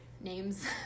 Names